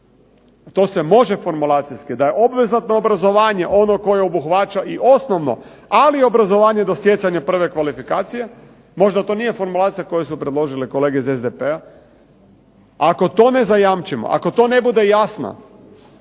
to se može formulacijski, da je obvezatno obrazovanje ono koje obuhvaća i osnovno, ali i obrazovanje do stjecanja prve kvalifikacije. Možda to nije formulacija koju su predložile kolege iz SDP-a. Ako to ne zajamčimo, ako to ne bude jasna,